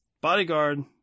Bodyguard